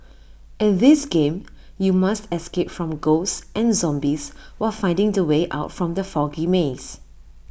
in this game you must escape from ghosts and zombies while finding the way out from the foggy maze